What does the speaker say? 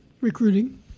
recruiting